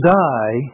die